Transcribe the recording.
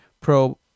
pro